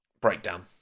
Breakdown